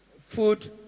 food